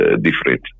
different